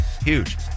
Huge